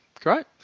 Great